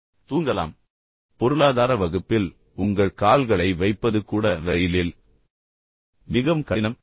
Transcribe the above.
எனவே பொருளாதார வகுப்பில் உங்கள் கால்களை வைப்பது கூட ரயிலில் மிகவும் கடினம்